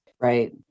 right